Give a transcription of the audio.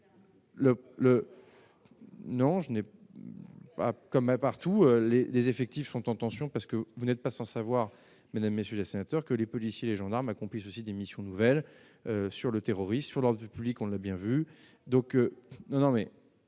un peu partout, les effectifs sont en tension parce que vous n'êtes pas sans savoir, mesdames, messieurs les sénateurs, que les policiers, les gendarmes accomplissent aussi des missions nouvelles sur le terrorisme sur Lens du public, on l'a bien vu, donc non, non, mais